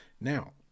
Now